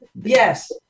Yes